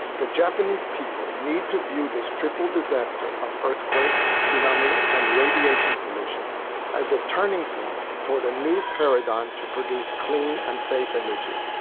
the japanese people need to view this triple disaster of earthquake, tsunami and radiation pollution as a turning point toward a new paradigm to produce clean and safe energy.